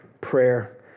prayer